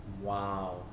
Wow